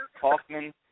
Kaufman